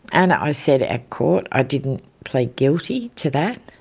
and i said at court, i didn't plead guilty to that,